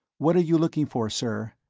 what are you looking for, sir?